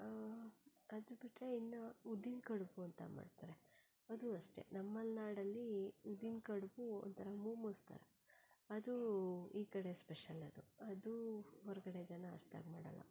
ಅದು ಬಿಟ್ಟರೆ ಇನ್ನು ಉದ್ದಿನ ಕಡುಬು ಅಂತ ಮಾಡ್ತಾರೆ ಅದೂ ಅಷ್ಟೆ ನಮ್ಮ ಮಲೆನಾಡಲ್ಲಿ ಉದ್ದಿನ ಕಡುಬು ಒಂಥರ ಮೋಮೋಸ್ ಥರ ಅದೂ ಈ ಕಡೆ ಸ್ಪೆಷಲ್ ಅದು ಅದೂ ಹೊರಗಡೆ ಜನ ಅಷ್ಟಾಗಿ ಮಾಡೋಲ್ಲ